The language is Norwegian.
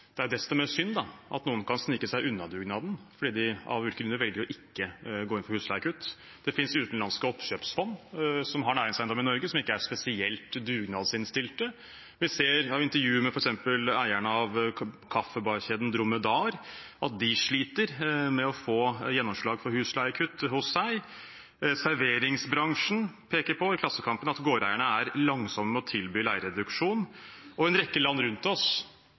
Det er desto mer synd at noen kan snike seg unna dugnaden fordi de av ulike grunner velger ikke å gå inn for husleiekutt. Det finnes utenlandske oppkjøpsfond som har næringseiendom i Norge som ikke er spesielt dugnadsinnstilte. Vi ser av intervju med f.eks. eierne av kaffebarkjeden Dromedar at de sliter med å få gjennomslag for husleiekutt hos seg. Serveringsbransjen peker i Klassekampen på at gårdeierne er «langsomme med å tilby leiereduksjon». Og i en rekke land rundt oss